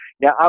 Now